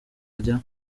rya